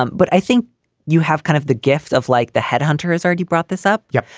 um but i think you have kind of the gift of like the head hunters already brought this up. yeah.